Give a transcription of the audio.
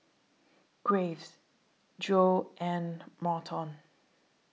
Graves Joye and Merton